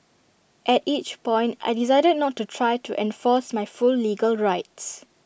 at each point I decided not to try to enforce my full legal rights